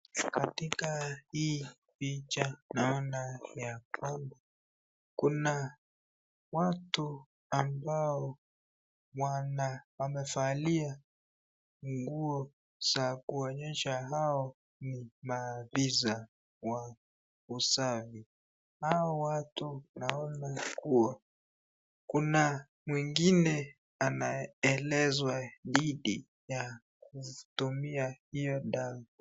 Katika hii picha naona ya kwamba kuna watu ambao wamevalia nguo za kuonyesha hao ni maafisa wa usafi hao watu naona kuwa kuna mwingine anaonyeshwa dhidi ya kutumia hizo dawa.